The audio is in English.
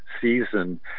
season